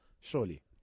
Surely